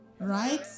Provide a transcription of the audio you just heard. right